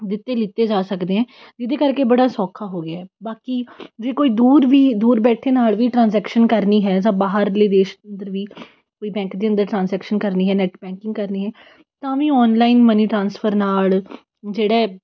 ਦਿੱਤੇ ਲਿੱਤੇ ਜਾ ਸਕਦੇ ਹੈ ਜਿਹਦੇ ਕਰਕੇ ਬੜਾ ਸੌਖਾ ਹੋ ਗਿਆ ਬਾਕੀ ਜੇ ਕੋਈ ਦੂਰ ਵੀ ਦੂਰ ਬੈਠੇ ਨਾਲ ਵੀ ਟਰਾਂਜੈਕਸ਼ਨ ਕਰਨੀ ਹੈ ਜਾਂ ਬਾਹਰਲੇ ਦੇਸ਼ ਅੰਦਰ ਵੀ ਕੋਈ ਬੈਂਕ ਦੇ ਅੰਦਰ ਟਰਾਂਜੈਕਸ਼ਨ ਕਰਨੀ ਹੈ ਨੈੱਟ ਬੈਂਕਿੰਗ ਕਰਨੀ ਹੈ ਤਾਂ ਵੀ ਔਨਲਾਈਨ ਮਨੀ ਟਰਾਂਸਫਰ ਨਾਲ ਜਿਹੜਾ ਹੈ